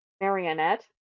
marionette